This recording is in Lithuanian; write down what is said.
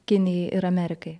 kinijai ir amerikai